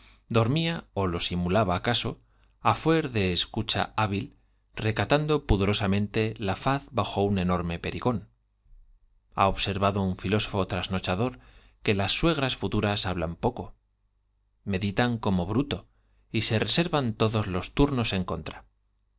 dormía ó lo simulaba acaso á fuer de esc ucha hábil recatando pudorosamente la faz bajo un enorme pericón ha observado un filósofo trasnochador que las suegras futuras hablan meditan como poco bruto y se reservan todos los turnos en contra en medio de